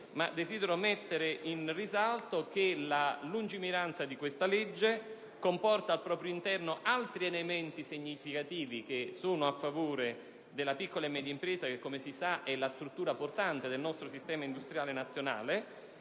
desidero mettere in risalto che la lungimiranza di questa legge comporta al proprio interno altri elementi significativi che favoriscono la piccola e media impresa - che, come si sa, è la struttura portante del nostro sistema industriale nazionale